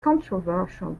controversial